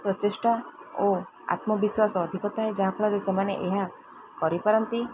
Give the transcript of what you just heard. ପ୍ରଚେଷ୍ଟା ଓ ଆତ୍ମବିଶ୍ଵାସ ଅଧିକ ଥାଏ ଯାହାଫଳରେ ସେମାନେ ଏହା କରିପାରନ୍ତି